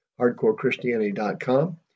hardcorechristianity.com